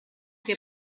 che